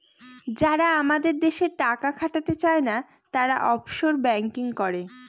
যারা আমাদের দেশে টাকা খাটাতে চায়না, তারা অফশোর ব্যাঙ্কিং করে